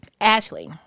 ashley